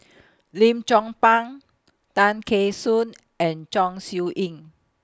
Lim Chong Pang Tay Kheng Soon and Chong Siew Ying